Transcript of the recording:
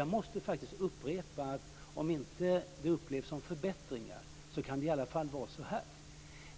Jag måste faktiskt upprepa detta: Även om det inte upplevs som förbättringar var det i alla fall så att